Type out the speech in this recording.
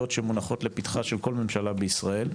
שמונחות לפתחה של כל ממשלה בישראל,